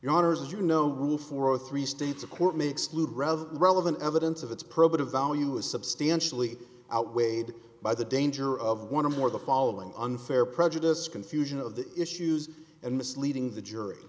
daughters you know rule for three states a court may exclude rather relevant evidence of its probative value is substantially outweighed by the danger of one of more the following unfair prejudice confusion of the issues and misleading the jury